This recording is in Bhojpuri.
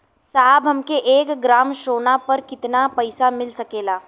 साहब हमके एक ग्रामसोना पर कितना पइसा मिल सकेला?